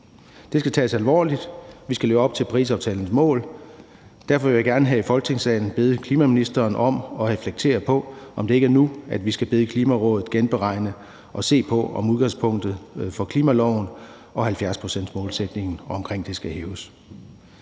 Det skal tages alvorligt. Vi skal leve op til Parisaftalens mål. Derfor vil jeg gerne her i Folketingssalen bede klimaministeren om at reflektere på, om det ikke er nu, vi skal bede Klimarådet genberegne det og se på, om udgangspunktet for klimaloven og 70-procentsmålsætningen omkring den skal hæves.